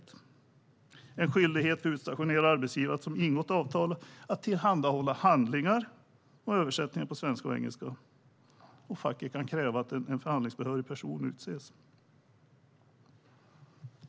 Det ska finnas en skyldighet för utstationerande arbetsgivare som ingått avtal att tillhandhålla handlingar och översättningar på svenska och engelska. Facken kan kräva att en förhandlingsbehörig person utses.